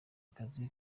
akazi